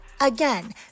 Again